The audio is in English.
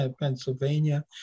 Pennsylvania